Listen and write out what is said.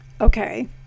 Okay